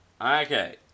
Okay